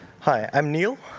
hi, i'm neil.